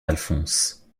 alphonse